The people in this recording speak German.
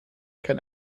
kann